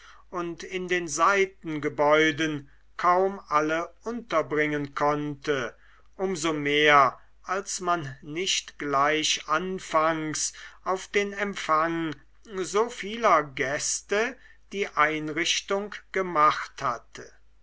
und in den seitengebäuden kaum alle unterbringen konnte um so mehr als man nicht gleich anfangs auf den empfang so vieler gäste die einrichtung gemacht hatte